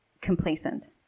complacent